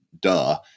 duh